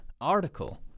article